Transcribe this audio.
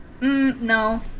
no